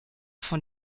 von